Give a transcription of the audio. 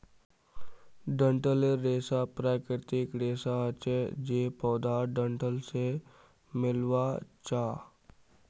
डंठलेर रेशा प्राकृतिक रेशा हछे जे पौधार डंठल से मिल्आ छअ